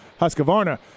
Husqvarna